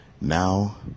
Now